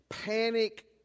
Panic